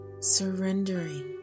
surrendering